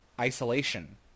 isolation